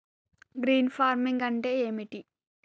Green farming అంటే ఏమిటి?